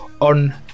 on